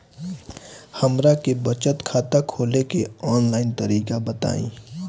हमरा के बचत खाता खोले के आन लाइन तरीका बताईं?